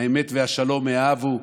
"האמת והשלום אהבו",